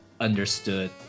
understood